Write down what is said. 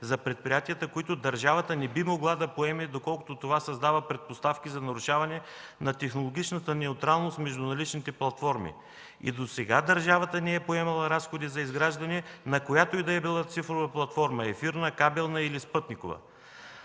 за предприятията, които държавата не би могла да поеме, доколкото това създава предпоставки за нарушаване на технологичната неутралност между наличните платформи. И досега държавата не е поемала разходи за изграждане на която и да е било цифрова платформа – ефирна, кабелна или спътникова.